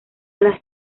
las